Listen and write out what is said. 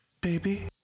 Baby